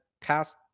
past